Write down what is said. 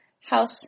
house